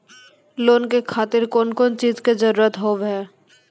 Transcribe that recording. Loan के खातिर कौन कौन चीज के जरूरत हाव है?